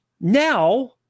Now